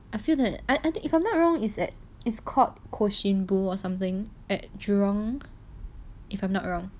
I feel that I think if I'm not wrong is at this court kushinbo or something at jurong if I'm not wrong